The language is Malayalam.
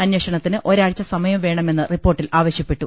അന്വേഷണത്തിന് ഒരാഴ്ച സമയം വേണ മെന്ന് റിപ്പോർട്ടിൽ ആവശ്യപ്പെട്ടു